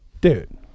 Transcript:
Dude